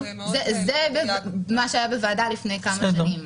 זה מה שהיה בוועדת הפנים לפני כמה שנים.